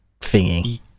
thingy